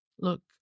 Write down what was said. look